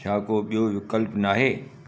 छा को ॿियो विकल्पु नाहे